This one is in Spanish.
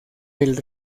del